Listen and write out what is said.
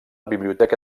biblioteca